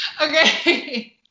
Okay